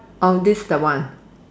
orh this the one